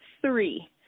three